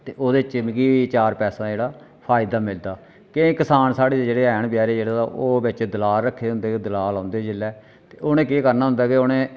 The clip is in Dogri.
ते ओह्दे च चार पैसा जेह्का मिगी फायदा मिलदा केईं किसान साढ़े जेह्ड़े हैन बेचारे जेहड़े ते ओह् बिच दलाल रक्खे दे होंदे ते दलाल औंदे जिल्लै ते उ'नें केह् करना होंदा की उ'नें